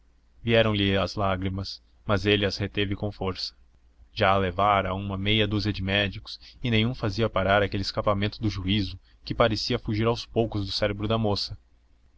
parar vieram-lhe as lágrimas mas ele as conteve com força já a levara a uma meia dúzia de médicos e nenhum fazia parar aquele escapamento do juízo que parecia fugir aos poucos do cérebro da moça